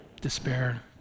Despair